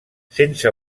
sense